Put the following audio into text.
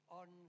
on